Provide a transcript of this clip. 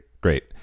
great